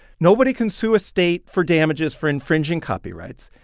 nobody can sue a state for damages for infringing copyrights.